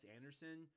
Anderson